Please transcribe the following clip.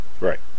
Right